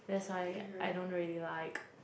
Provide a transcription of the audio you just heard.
that's why I don't really like